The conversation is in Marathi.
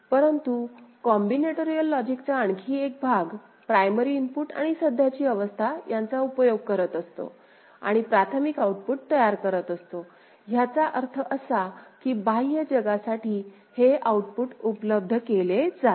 परंतु कॉम्बिनेटोरिअल लॉजिकचा आणखी एक भाग प्रायमरी इनपुट आणि सध्याची अवस्था यांचा उपयोग करत असतो आणि प्राथमिक आउटपुट तयार करत असतो ह्याचा अर्थ असा की बाह्य जगासाठी हे आउटपुट उपलब्ध केले जाते